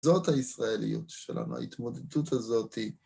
זאת הישראליות שלנו, ההתמודדות הזאת.